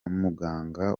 muganga